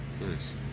nice